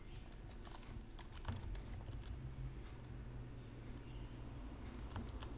mhm